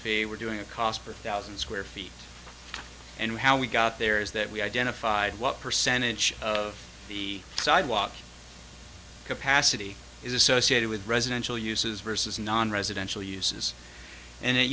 fee we're doing a cost per thousand square feet and how we got there is that we identified what percentage of the sidewalk capacity is associated with residential uses versus nonresidential uses and it